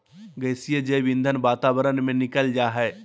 गैसीय जैव ईंधन वातावरण में निकल जा हइ